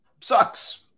sucks